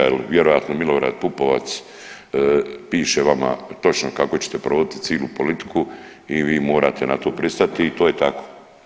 Jel vjerojatno Milorad Pupovac piše vama točno kako ćete provodit cilu politiku i vi morate na to pristati i to je tako.